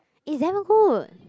is damn good